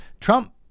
Trump